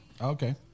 Okay